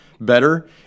better